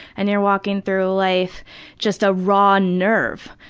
and you're walking through life just a raw nerve.